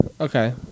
okay